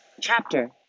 chapter